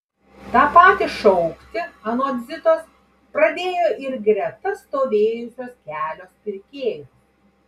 tą patį šaukti anot zitos pradėjo ir greta stovėjusios kelios pirkėjos